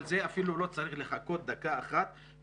אבל זה אפילו לא צריך לחכות דקה אחת וליישם